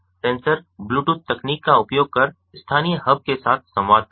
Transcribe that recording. sensor Bluetooth तकनीक का उपयोग कर स्थानीय हब के साथ संवाद करता है